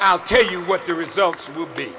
i'll tell you what the results